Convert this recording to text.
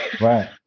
Right